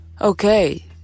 Okay